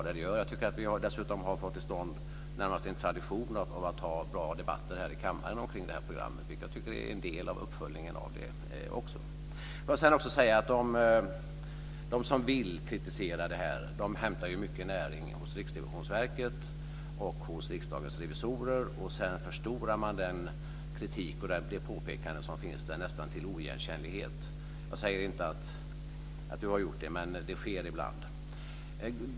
Dessutom har vi fått till stånd i det närmaste en tradition av att ha bra debatter här i kammaren om den här programmet, vilket jag också tycker är en del av uppföljningen. Sedan vill jag också säga att de som vill kritisera det här hämtar mycket näring hos Riksrevisionsverket och hos Riksdagens revisorer. Sedan förstorar man den kritik och de påpekanden som finns nästan intill oigenkännlighet. Jag säger inte att Ewa Thalén Finné har gjort det, men det sker ibland.